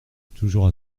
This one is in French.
toujours